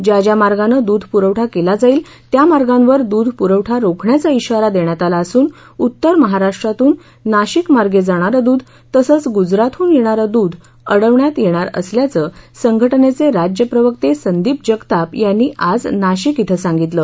ज्या ज्या मार्गानं दूध पुरवठा केला जाईल त्या मार्गावर दूध पुरवठा रोखण्याचा धाारा देण्यात आला असून उत्तर महाराष्ट्रातून नाशिक मार्गे जाणारं दूध तसंच गुजरातहून दूध अडवण्यात येणार असल्याचं संघटनेचे राज्य प्रवक्ते संदीप जगताप यांनी आज नाशिक ध्वे सांगितलं